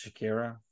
Shakira